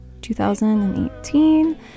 2018